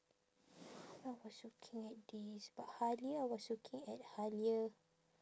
I was looking at this but Halia I was looking at Halia